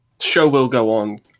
show-will-go-on